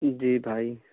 جی بھائی